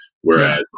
whereas